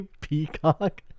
Peacock